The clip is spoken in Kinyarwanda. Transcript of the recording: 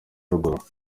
ruguru